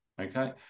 Okay